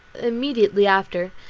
immediately after,